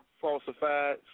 falsified